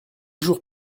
jours